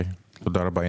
תודה רבה.